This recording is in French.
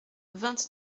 vingt